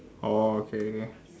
orh okay